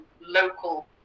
local